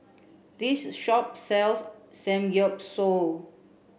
this shop sells Samgeyopsal